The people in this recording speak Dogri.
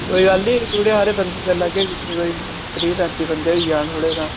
कोई गल्ल नि थोह्ड़े हारे बन्दे करी लैगे कोई त्रीह् पैंत्ती बन्दे होई जान थोह्ड़े तां